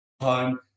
home